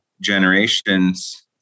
generations